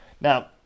Now